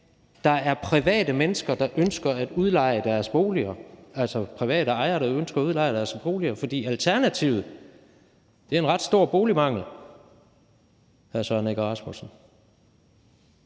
der er private mennesker, der ønsker at udleje deres boliger, altså private ejere, der ønsker at udleje deres boliger, for alternativet er en ret stor boligmangel, hr. Søren Egge Rasmussen.